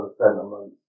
sentiment